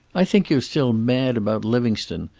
i think you're still mad about livingstone.